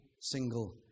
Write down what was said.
single